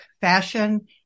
fashion